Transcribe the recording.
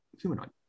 humanoid